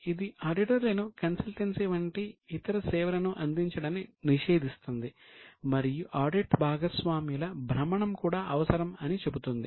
ఇది ఆడిటర్లను కన్సల్టెన్సీ వంటి ఇతర సేవలను అందించడాన్ని నిషేధిస్తుంది మరియు ఆడిట్ భాగస్వాముల భ్రమణం కూడా అవసరం అని చెబుతుంది